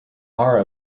are